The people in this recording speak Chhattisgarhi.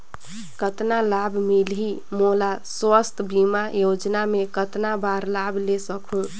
कतना लाभ मिलही मोला? स्वास्थ बीमा योजना मे कतना बार लाभ ले सकहूँ?